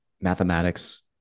mathematics